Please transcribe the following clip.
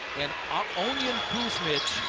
and ah ognjen kuzmic,